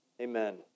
Amen